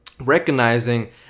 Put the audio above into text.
recognizing